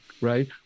Right